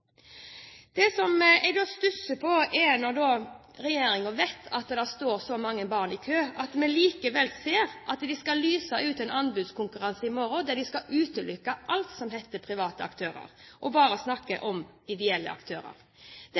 Det jeg stusser på, er at vi ser at regjeringen når den vet at det står så mange barn i kø, likevel skal lyse ut en anbudskonkurranse i morgen der de skal utelukke alt som heter private aktører, og bare snakke om ideelle aktører. Det